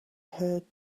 heard